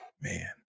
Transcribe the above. man